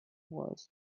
was